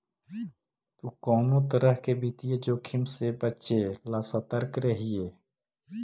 तु कउनो तरह के वित्तीय जोखिम से बचे ला सतर्क रहिये